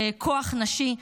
כוח נשים,